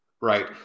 right